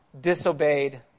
disobeyed